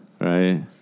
right